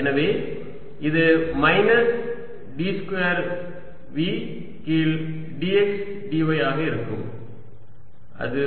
எனவே இது minus d வர்க்கம் v கீழ் dx dy ஆக இருக்கும் அது 0 ஆகும்